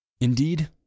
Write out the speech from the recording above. Indeed